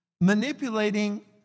manipulating